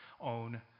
own